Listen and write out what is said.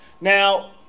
Now